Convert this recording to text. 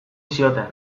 zioten